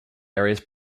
areas